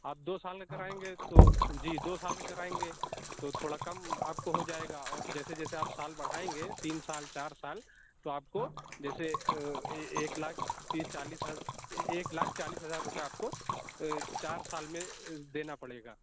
آپ دو سال کا کرائیں گے تو جی دو سال کا کرائیں گے تو تھوڑا کم آپ کو ہو جائے گا اور جیسے جیسے آپ سال بڑھائیں گے تین سال چار سال تو آپ کو جیسے ایک لاکھ تیس چالیس ہزار ایک لاکھ چالیس ہزار روپئے آپ کو چار سال میں دینا پڑے گا